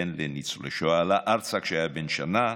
בן לניצולי שואה, עלה ארצה כשהיה בן שנה.